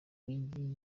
migi